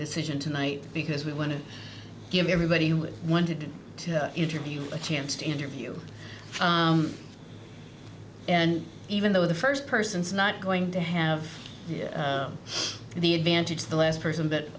decision tonight because we want to give everybody wanted to interview a chance to interview and even though the first person is not going to have the advantage the last person that